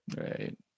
right